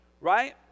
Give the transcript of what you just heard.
right